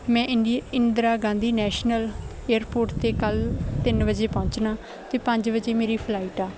ਮੈਂ ਇੰਡੀ Indira Gandhi national airport 'ਤੇ ਕੱਲ੍ਹ ਤਿੰਨ ਵਜੇ ਪਹੁੰਚਣਾ ਅਤੇ ਪੰਜ ਵਜੇ ਮੇਰੀ ਫਲਾਈਟ ਆ